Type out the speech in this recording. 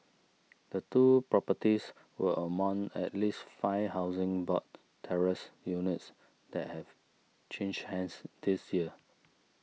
the two properties are among at least five Housing Board terraced units that have changed hands this year